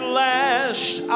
last